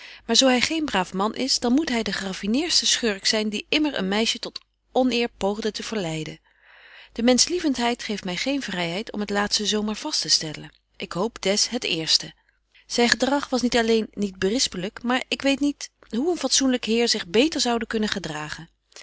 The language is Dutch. maar zo hy geen braaf man is dan moet hy de gerafineerste schurk zyn die immer een meisje tot onëer poogde te verleiden de menschlieventheid geeft my geen vryheid om het laatste zo maar vast te stellen ik hoop des het eerste zyn gedrag was niet alleen niet berispelyk maar ik weet niet hoe een fatsoenlyk heer zich betje wolff en aagje deken historie van mejuffrouw sara burgerhart beter zoude kunnen gedragen